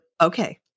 Okay